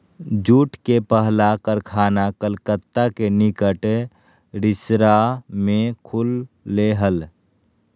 jute के पहला कारखाना कलकत्ता के निकट रिसरा में खुल लय हल